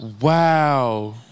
Wow